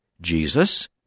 Jesus